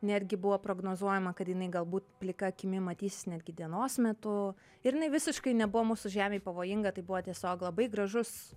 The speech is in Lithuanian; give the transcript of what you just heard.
netgi buvo prognozuojama kad jinai galbūt plika akimi matysis netgi dienos metu ir jinai visiškai nebuvo mūsų žemei pavojinga tai buvo tiesiog labai gražus